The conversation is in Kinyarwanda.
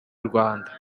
rwanda